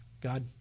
God